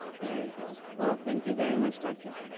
very good. well, thank you very much dr.